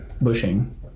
Bushing